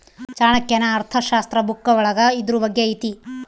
ಚಾಣಕ್ಯನ ಅರ್ಥಶಾಸ್ತ್ರ ಬುಕ್ಕ ಒಳಗ ಇದ್ರೂ ಬಗ್ಗೆ ಐತಿ